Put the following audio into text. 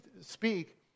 speak